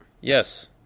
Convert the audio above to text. Yes